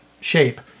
shape